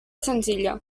senzilla